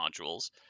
modules